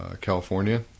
California